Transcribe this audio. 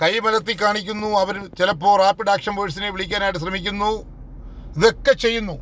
കൈ മലർത്തി കാണിക്കുന്നു അവരിൽ ചിലപ്പോൾ റാപ്പിട് ആക്ഷൻ ഫോഴ്സിനെ വിളിക്കാനായിട്ട് ശ്രമിക്കുന്നു ഇതൊക്കെ ചെയ്യുന്നു